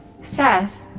seth